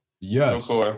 Yes